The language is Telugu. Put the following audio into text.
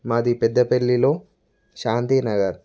మాది పెద్దపల్లిలో శాంతీ నగర్